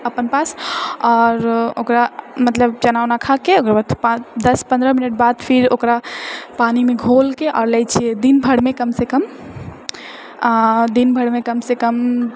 अपन पास आओर ओकरा मतलब चना वना खाके ओकर बाद पाँच दश पन्द्रह मिनट बाद फिर ओकरा पानिमे घोलके आओर लए छिऐ दिन भरमे कमसँ कम दिन भरमे कमसँ कम